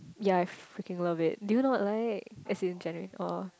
ya I freaking love it do you not like as in generally oh